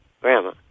Grandma